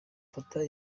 mfata